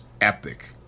epic